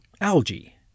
algae